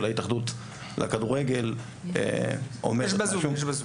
התאחדות לכדורגל אומרת --- יש בזום.